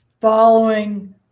following